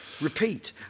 Repeat